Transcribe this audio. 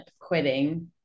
quitting